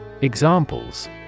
Examples